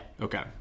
Okay